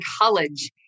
college